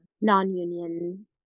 non-union